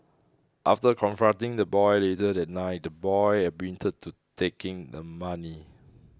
after confronting the boy later that night the boy admitted to taking the money